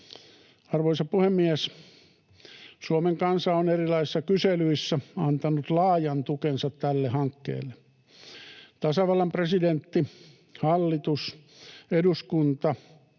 Arvoisa puhemies! Suomen kansa on erilaisissa kyselyissä antanut laajan tukensa tälle hankkeelle. Tasavallan presidentti, hallitus ja eduskunta